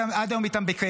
עד היום אני איתם בקשר.